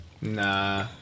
Nah